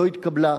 לא התקבלה,